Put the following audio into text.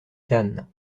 cannes